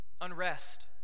unrest